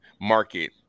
market